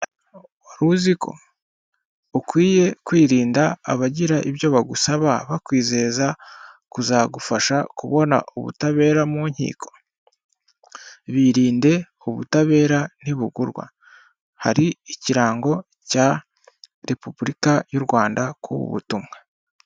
Wari uziko ukwiye kwirinda abagira ibyo bagusaba bakwizeza kuzagufasha kubona ubutabera mu nkiko, birinde ubutabera nti bugurwa hari ikirango cya repubulika y'u Rwanda k'ubu butumwa.